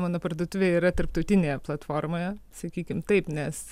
mano parduotuvė yra tarptautinėje platformoje sakykim taip nes